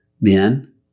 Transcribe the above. men